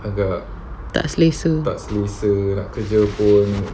tak selesa